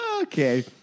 Okay